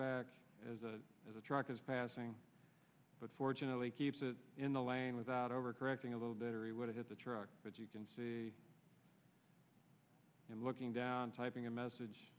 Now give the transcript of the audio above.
back as a as a truck is passing but fortunately keeps it in the lane without overcorrecting a little bit or he would hit the truck but you can see him looking down typing a message